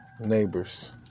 Neighbors